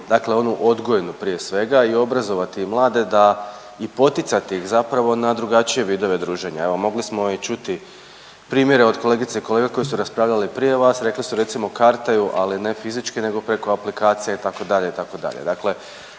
dakle onu odgojnu prije svega i obrazovati mlade da, i poticati ih zapravo na drugačije vidove druženja. Evo mogli smo i čuti primjere od kolegica i kolega koji su raspravljali prije vas, rekli su recimo kartaju ali ne fizički nego preko aplikacija itd., itd. Dakle,